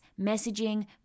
messaging